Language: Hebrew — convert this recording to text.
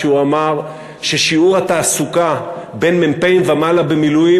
כשאמר ששיעור התעסוקה בין מ"פים ומעלה במילואים